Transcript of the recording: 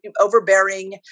overbearing